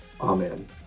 Amen